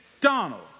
Donald